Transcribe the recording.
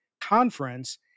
Conference